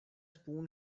spoon